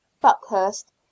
buckhurst